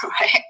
right